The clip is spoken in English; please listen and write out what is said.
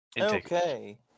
okay